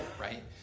right